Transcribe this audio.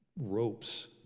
ropes